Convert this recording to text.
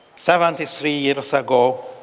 seventy three years ago,